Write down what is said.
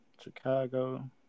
Chicago